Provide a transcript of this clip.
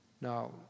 Now